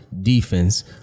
defense